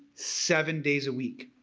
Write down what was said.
seven days a week.